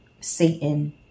Satan